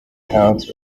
counts